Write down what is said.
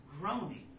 groaning